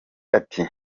ati